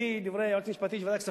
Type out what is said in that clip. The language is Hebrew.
לפי דברי היועצת המשפטית של ועדת הכספים,